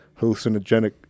hallucinogenic